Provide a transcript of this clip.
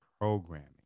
programming